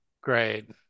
Great